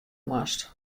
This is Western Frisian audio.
moast